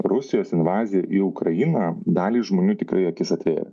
rusijos invazija į ukrainą daliai žmonių tikrai akis atvėrė